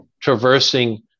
traversing